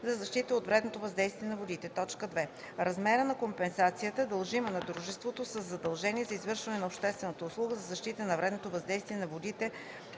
за защита от вредното въздействие на водите; 2. размера на компенсацията, дължима на дружеството със задължение за извършване на обществената услуга за защита от вредното въздействие на водите